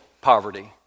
poverty